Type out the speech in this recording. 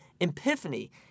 epiphany